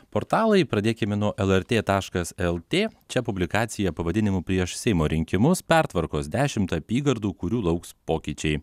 portalai pradėkime nuo lrt taškas lt čia publikacija pavadinimu prieš seimo rinkimus pertvarkos dešim apygardų kurių lauks pokyčiai